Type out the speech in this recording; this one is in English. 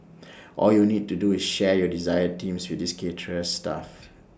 all you need to do is share your desired themes with this caterer's staff